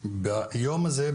ביום הזה,